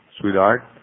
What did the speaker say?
sweetheart